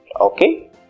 okay